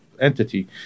entity